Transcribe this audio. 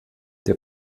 der